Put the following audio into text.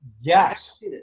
Yes